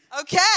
Okay